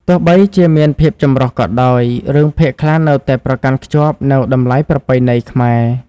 ទោះបីជាមានភាពចម្រុះក៏ដោយ រឿងភាគខ្លះនៅតែប្រកាន់ខ្ជាប់នូវ តម្លៃប្រពៃណី ខ្មែរ។